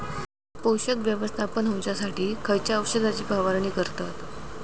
पोषक व्यवस्थापन होऊच्यासाठी खयच्या औषधाची फवारणी करतत?